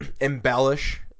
embellish